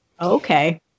Okay